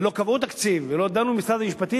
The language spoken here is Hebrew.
ולא קבעו תקציב ולא דנו במשרד האוצר,